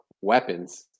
weapons